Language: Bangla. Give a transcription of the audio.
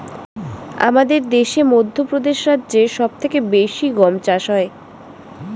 আমাদের দেশে মধ্যপ্রদেশ রাজ্যে সব থেকে বেশি গম চাষ হয়